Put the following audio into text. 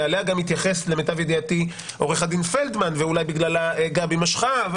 ואליה גם התייחס למיטב ידיעתי עו"ד פלדמן ואולי בגללה גבי משכה,